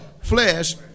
flesh